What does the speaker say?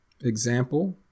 Example